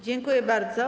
Dziękuję bardzo.